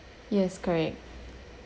yes correct